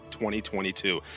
2022